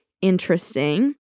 interesting